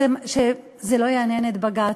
שזה לא יעניין את בג"ץ.